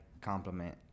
compliment